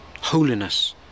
holiness